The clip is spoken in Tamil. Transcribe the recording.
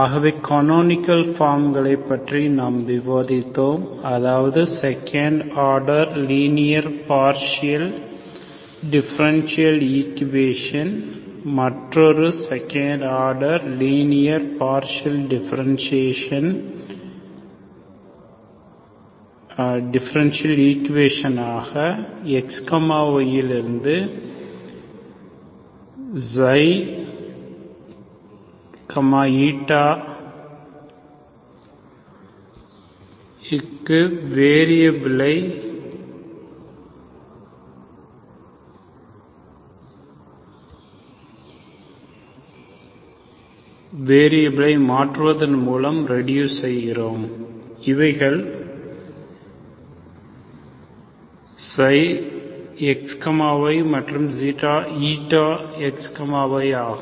ஆகவே கனோனிக்கள் ஃபார்ம் களைப் பற்றி நாம் விவாதித்தோம் அதாவது second order linear partial differential equation மற்றொரு second order linear partial differential ஈக்குவேஷனாக xy லிருந்து ξ η க்கு வெரியபிலை மாற்றுவதன் மூலம் ரெடூஸ் செய்கிறோம் இவைகள் ξxy மற்றும் ηxyஆகும்